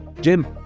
Jim